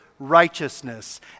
righteousness